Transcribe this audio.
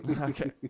Okay